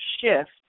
shift